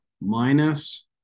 minus